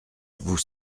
vous